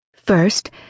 First